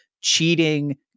cheating